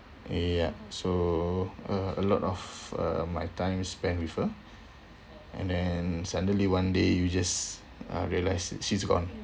ya so uh a lot of uh my time spent with her and then suddenly one day you just uh realised she's gone